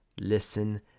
listen